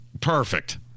Perfect